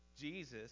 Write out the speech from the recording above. Jesus